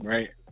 Right